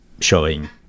showing